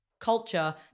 culture